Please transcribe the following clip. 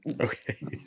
okay